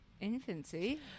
infancy